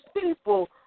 people